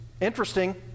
interesting